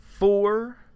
Four